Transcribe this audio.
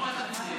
למה אתה פסימי?